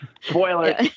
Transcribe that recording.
Spoiler